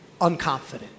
unconfident